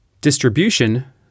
Distribution